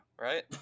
right